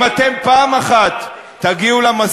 אנחנו אשמים.